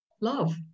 love